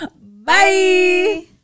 Bye